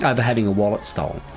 kind of having a wallet stolen.